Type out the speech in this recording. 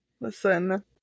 Listen